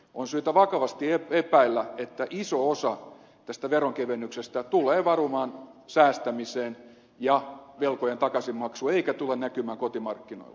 on syytä vakavasti epäillä että iso osa tästä veronkevennyksestä tulee valumaan säästämiseen ja velkojen takaisinmaksuun eikä tule näkymään kotimarkkinoilla